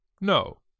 No